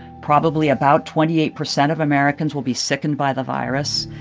probably about twenty eight percent of americans will be sickened by the virus.